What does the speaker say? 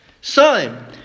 Son